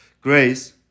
grace